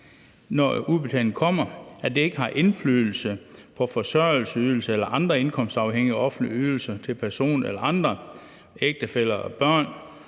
når udbetalingen kommer, så har det ikke indflydelse på forsørgelsesydelser eller andre indkomstafhængige offentlige ydelser til den enkelte person eller andre – ægtefæller og børn